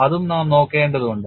അതും നാം നോക്കേണ്ടതുണ്ട്